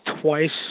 twice